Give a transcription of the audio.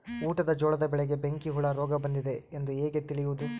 ಊಟದ ಜೋಳದ ಬೆಳೆಗೆ ಬೆಂಕಿ ಹುಳ ರೋಗ ಬಂದಿದೆ ಎಂದು ಹೇಗೆ ತಿಳಿಯುವುದು?